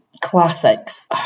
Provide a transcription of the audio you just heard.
classics